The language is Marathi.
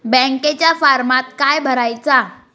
बँकेच्या फारमात काय भरायचा?